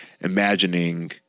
imagining